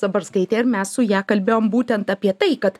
zabarskaitė ir mes su ja kalbėjom būtent apie tai kad